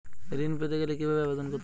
ঋণ পেতে গেলে কিভাবে আবেদন করতে হবে?